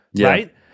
right